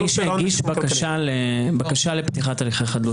הגיש בקשה לפתיחת הליכי חדלות פירעון.